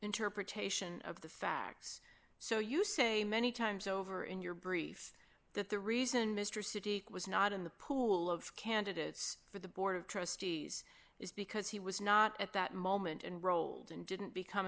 interpretation of the facts so you say many times over in your briefs that the reason mr city was not in the pool of candidates for the board of trustees is because he was not at that moment and rolled and didn't become